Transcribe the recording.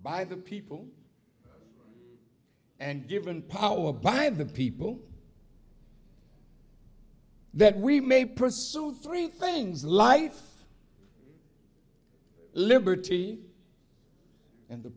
by the people and given power by the people that we may pursue three things life liberty and t